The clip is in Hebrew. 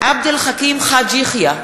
עבד אל חכים חאג' יחיא,